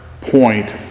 point